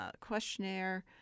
questionnaire